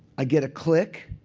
i get a click.